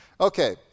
Okay